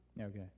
okay